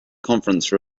conference